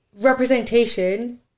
representation